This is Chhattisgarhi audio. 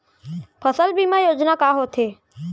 फसल बीमा योजना का होथे?